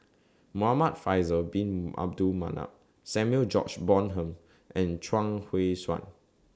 Muhamad Faisal Bin Abdul Manap Samuel George Bonham and Chuang Hui Tsuan